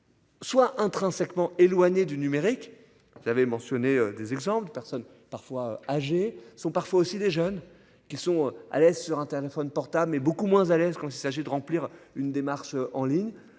Soit intrinsèquement éloignés du numérique. Vous avez mentionné des exemples de personnes parfois âgés sont parfois aussi des jeunes qui sont à l'aise sur un téléphone portable mais beaucoup moins à l'aise quand il s'agit de remplir une démarche en ligne